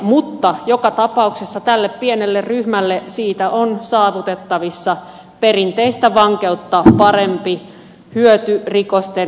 mutta joka tapauksessa tälle pienelle ryhmälle siitä on saavutettavissa perinteistä vankeutta parempi hyöty rikosten ennaltaehkäisyssä